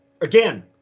again